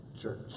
church